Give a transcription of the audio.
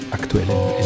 aktuellen